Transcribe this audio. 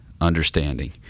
understanding